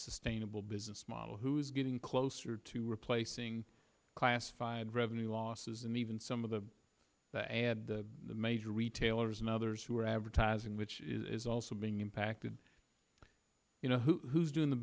sustainable business model who is getting closer to replacing classified revenue losses and even some of the major retailers and others who are advertising which is also being impacted you know who's doing the